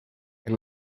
and